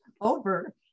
over